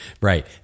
Right